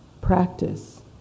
practice